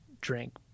drink